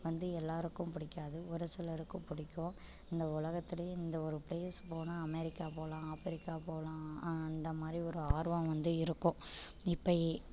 வந்து எல்லாருக்கும் பிடிக்காது ஒரு சிலருக்கு பிடிக்கும் இந்த உலகத்துலேயே இந்த ஒரு பிளேஸ் போனால் அமெரிக்கா போகலாம் ஆப்பிரிக்கா போகலாம் அந்தமாதிரி ஒரு ஆர்வம் வந்து இருக்கும் இப்பையே